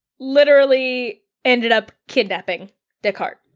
literally ended up kidnapping descartes.